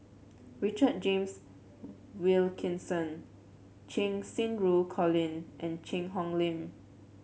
Richard James Wilkinson Cheng Xinru Colin and Cheang Hong Lim